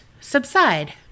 subside